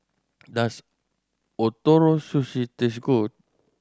does Ootoro Sushi taste good